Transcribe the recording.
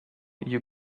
you